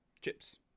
chips